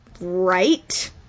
right